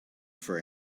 for